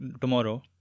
tomorrow